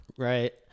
Right